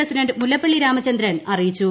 president Mullappally Ramachandran അറിയിച്ചു